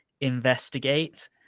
investigate